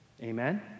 Amen